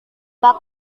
pak